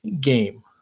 game